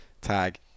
tag